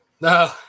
No